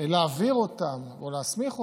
להעביר אותם או להסמיך אותם,